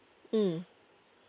mm